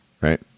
right